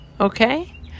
Okay